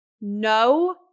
no